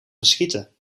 verschieten